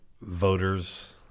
voters